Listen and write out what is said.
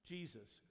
Jesus